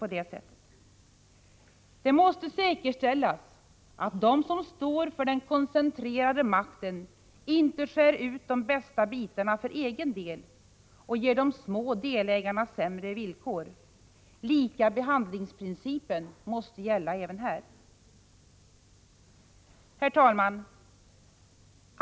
För det andra måste det säkerställas att de som står för den koncentrerade makten inte skär ut de bästa bitarna för egen del och ger de små delägarna sämre villkor. Principen om lika behandling måste gälla även här. Herr talman!